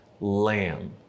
lamb